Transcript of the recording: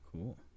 Cool